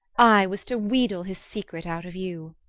i was to wheedle his secret out of you.